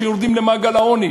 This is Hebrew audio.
שיורדות למעגל העוני.